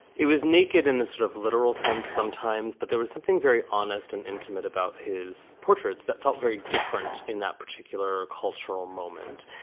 it was naked in a sort of literal sense sometimes. but there was something very honest and intimate about his portraits that felt very different in that particular cultural moment.